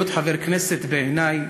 להיות חבר כנסת, בעיני,